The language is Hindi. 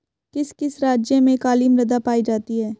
किस किस राज्य में काली मृदा पाई जाती है?